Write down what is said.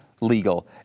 legal